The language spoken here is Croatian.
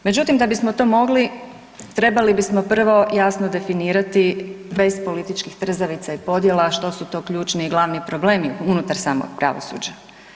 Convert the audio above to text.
Međutim, da bismo to mogli trebali bismo prvo jasno definirati, bez političkih trzavica i podjela, što su to ključni i glavni problemi unutar samog pravosuđa.